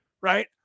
right